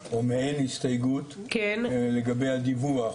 או מעיין הסתייגות לגבי הדיווח,